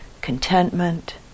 contentment